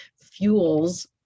fuels